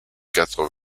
quatre